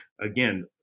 Again